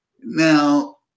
now